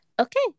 okay